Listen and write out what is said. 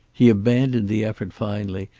he abandoned the effort finally,